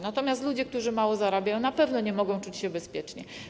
Natomiast ludzie, którzy mało zarabiają, na pewno nie mogą czuć się bezpiecznie.